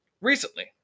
recently